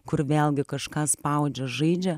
kur vėlgi kažką spaudžia žaidžia